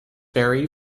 vary